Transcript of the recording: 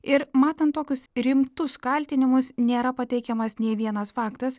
ir matant tokius rimtus kaltinimus nėra pateikiamas nė vienas faktas